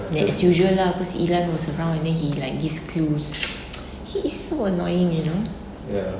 that's usual lah cause ilan was around and then he like gives clues he is so annoying you know